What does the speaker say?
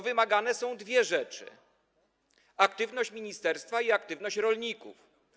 wymagane są dwie rzeczy: aktywność ministerstwa i aktywność rolników.